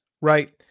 right